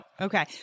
Okay